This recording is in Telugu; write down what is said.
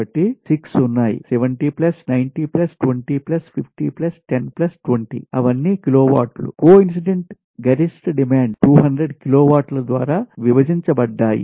కాబట్టి 6 ఉన్నాయి 70 90 20 50 10 20 అవన్నీ కిలోవాట్లు కోఇన్సిడెంట్ గరిష్ట డిమాండ్ 200 కిలోవాట్ల ద్వారా విభజించబడ్డాయి